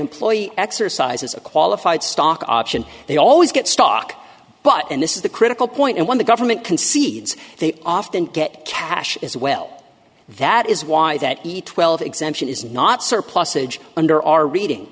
employee exercises a qualified stock option they always get stock but and this is the critical point and when the government concedes they often get cash as well that is why that twelve exemption is not surplusage under our reading